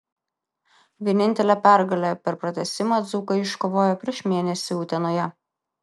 vienintelę pergalę per pratęsimą dzūkai iškovojo prieš mėnesį utenoje